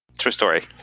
true story.